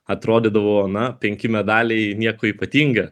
atrodydavo na penki medaliai nieko ypatinga